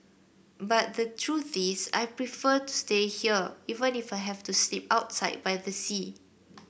but the truth is I prefer to stay here even if I have to sleep outside by the sea